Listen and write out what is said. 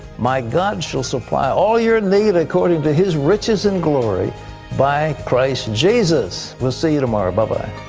my god shall supply all your need according to his riches and glory by christ jesus. we'll see you tomorrow. bye, bye.